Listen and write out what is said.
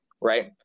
right